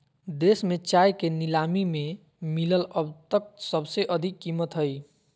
देश में चाय के नीलामी में मिलल अब तक सबसे अधिक कीमत हई